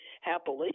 happily